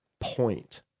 Point